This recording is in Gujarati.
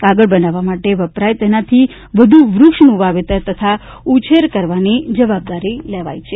કાગળ બનાવવા માટે વપરાય તેનાથી વધુ વૃક્ષનું વાવેતર તથા ઉછેર કરવાની જવાબદારી લેવાઇ છે